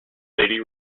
lady